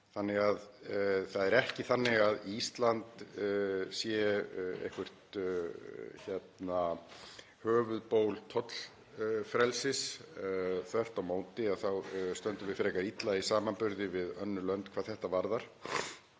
Það er ekki þannig að Ísland sé eitthvert höfuðból tollfrelsis, þvert á móti stöndum við frekar illa í samanburði við önnur lönd hvað þetta varðar.